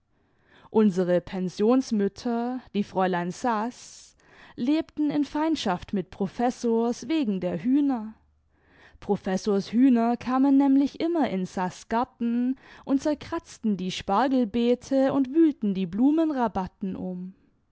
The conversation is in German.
unsere pensionsmütter die fräulein saß lebten in feindschaft mit professors wegen der hühner professors hühner kamen nämlich immer in saß garten und zerkratzten die spargelbeete und wühlten die blumenrabatten um